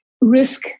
risk